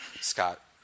Scott